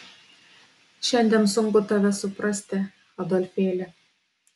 šiandien sunku tave suprasti adolfėli